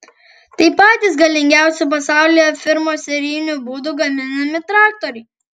tai patys galingiausi pasaulyje firmos serijiniu būdu gaminami traktoriai